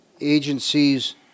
agencies